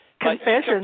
Confessions